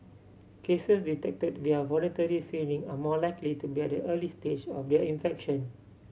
cases detected via voluntary screening are more likely to be at the early stage of their infection